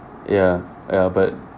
ya ya but